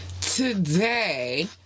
today